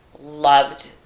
loved